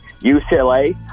UCLA